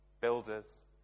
builders